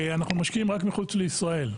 אנחנו משקיעים רק מחוץ לישראל.